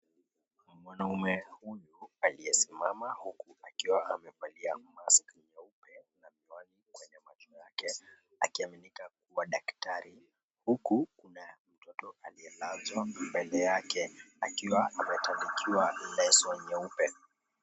Mwanaume huyu aliyesimama huku akiwa amevalia mask nyeupe na miwani kwenye macho yake akiaminika kuwa daktari huku kuna mtoto aliyelazwa mbele yake akiwa ametandikiwa leso nyeupe.